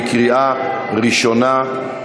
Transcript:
בקריאה ראשונה.